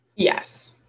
yes